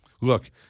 Look